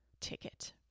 ticket